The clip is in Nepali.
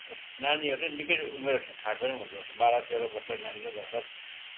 नानीहरू चाहिँ निकै उमेर खाकै हुँदोरहेछ बाह्र तेह्र वर्षको नानीहरू भर्खर भर्खर